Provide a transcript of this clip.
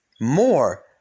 more